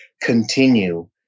continue